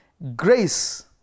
Grace